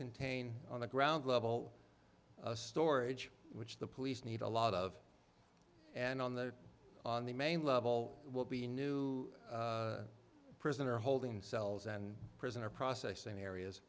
contain on the ground level storage which the police need a lot of and on the on the main level will be new prisoner holding cells and prisoner processing areas